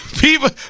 people